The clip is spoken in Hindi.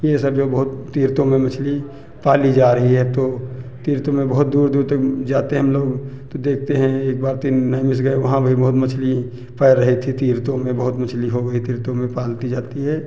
ये सब जो बहुत तीर्थों में मछली पाली जा रही है तो तीर्थों में बहुत दूर दूर तक जाते हैं हम लोग तो देखते हैं एक बार ते नैमिस गए वहाँ भी बहुत मछली हैं पैर रही थी तीर्थों में बहुत मछली हो गई तीर्थों में पालती जाती है